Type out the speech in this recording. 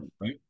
right